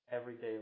everyday